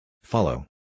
Follow